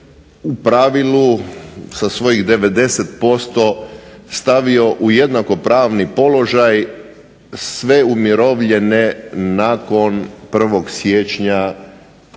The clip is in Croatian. u pravilu sa svojih 90% stavio u jednakopravni položaj sve umirovljene nakon 1. siječnja